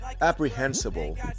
apprehensible